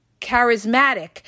charismatic